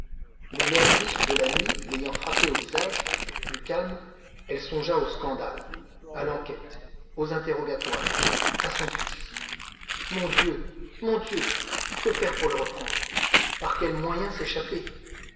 mais l'air vif de la nuit l'ayant frappée au visage plus calme elle songea au scandale à l'enquête aux interrogatoires à son fils mon dieu mon dieu que faire pour le reprendre par quels moyens s'échapper